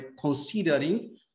considering